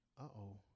uh-oh